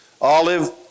olive